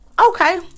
okay